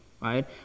right